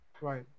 Right